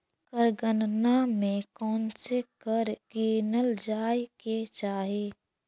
कर गणना में कौनसे कर गिनल जाए के चाही